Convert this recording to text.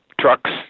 trucks